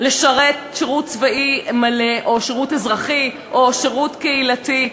לשרת שירות צבאי מלא או שירות אזרחי או שירות קהילתי?